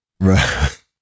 Right